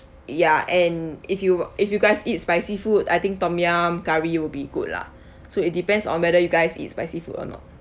ya and if you if you guys eat spicy food I think tom yum curry will be good lah so it depends on whether you guys eat spicy food or not